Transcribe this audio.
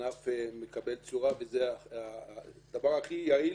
הענף מקבל צורה, וזה הדבר הכי יעיל.